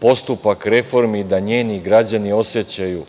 postupak reformi da njeni građani osećaju